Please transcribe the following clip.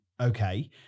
okay